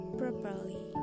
properly